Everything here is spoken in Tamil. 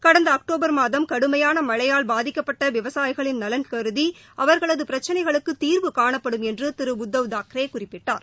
கடந்த அக்டோபர் மாதம் கடுமையாள மழையால் பாதிக்கப்பட்ட விவசாயிகளின் நலன் கருதி அவர்களது பிரச்சினைகளுக்கு தீர்வுகாணப்படும் என்று திரு உத்தவ் தாக்ரே குறிப்பிட்டார்